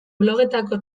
blogetako